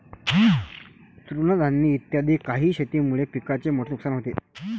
तृणधानी इत्यादी काही शेतीमुळे पिकाचे मोठे नुकसान होते